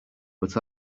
but